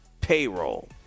payroll